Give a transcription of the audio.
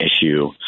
issue